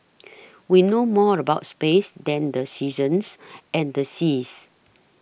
we know more about space than the seasons and the seas